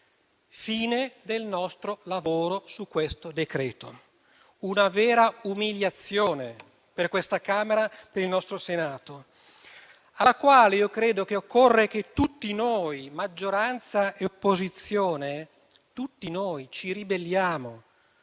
Fine del nostro lavoro su questo decreto-legge. Una vera umiliazione per questa Camera, per il nostro Senato, alla quale io credo occorre che tutti noi, maggioranza e opposizione, ci ribelliamo.